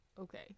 Okay